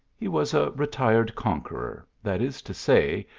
he was a retired conqueror, that is to say,